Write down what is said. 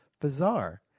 bizarre